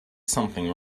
something